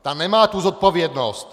Ta nemá tu zodpovědnost